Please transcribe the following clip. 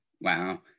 Wow